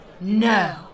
No